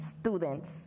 students